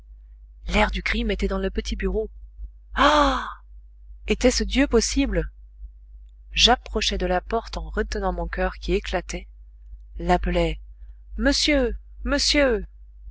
l'air du crime était dans le petit bureau ah était-ce dieu possible j'approchai de la porte en retenant mon coeur qui éclatait l'appelai monsieur monsieur